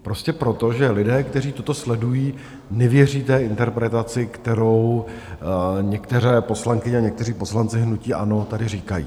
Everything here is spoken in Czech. Prostě proto, že lidé, kteří toto sledují, nevěří té interpretaci, kterou některé poslankyně a někteří poslanci hnutí ANO tady říkají.